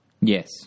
Yes